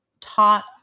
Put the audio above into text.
taught